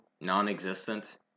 non-existent